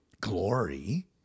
glory